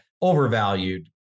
overvalued